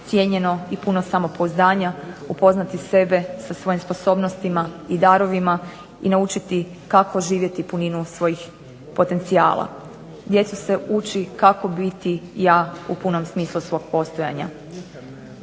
cijenjeno i puno samopouzdanja, upoznati sebe sa svojim sposobnostima i darovima i naučiti kako živjeti puninu svojih potencijala. Djecu se uči kako biti jak u punom smislu svog postojanja.